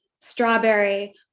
strawberry